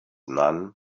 none